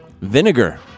Vinegar